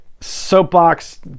Soapbox